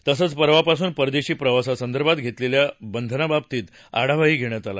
तसंच परवापासून परदेशी प्रवासासंदर्भात घातलेल्या बंधनाबाबतीत आढावाही घेण्यात आला